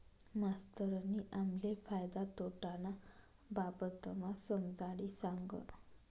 मास्तरनी आम्हले फायदा तोटाना बाबतमा समजाडी सांगं